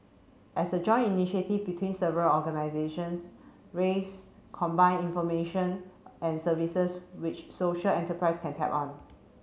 as a joint initiative between several organisations raise combine information and services which social enterprises can tap on